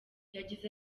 yagize